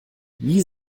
wie